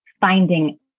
finding